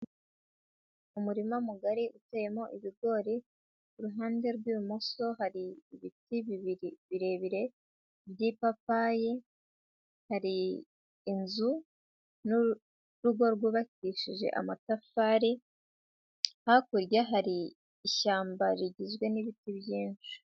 Umurima mugari uteyemo ibigori, iruhande rw'ibumoso hari ibiti bibiri birebire by'ipapayi, hari inzu n'urugo rwubakishije amatafari, hakurya hari ishyamba rigizwe n'ibiti byinshi.